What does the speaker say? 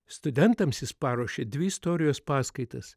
studentams jis paruošė dvi istorijos paskaitas